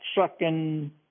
sucking